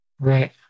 Right